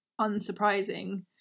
unsurprising